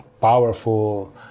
powerful